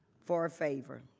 for a favor